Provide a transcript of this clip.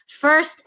first